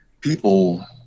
people